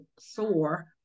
soar